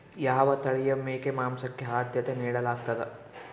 ಯಾವ ತಳಿಯ ಮೇಕೆ ಮಾಂಸಕ್ಕೆ, ಆದ್ಯತೆ ನೇಡಲಾಗ್ತದ?